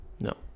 no